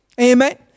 Amen